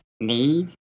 need